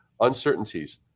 uncertainties